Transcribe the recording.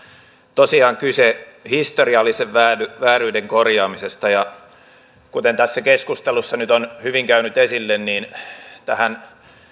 tosiaan kyse historiallisen vääryyden korjaamisesta kuten tässä keskustelussa nyt on hyvin tullut esille tähän